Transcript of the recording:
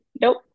nope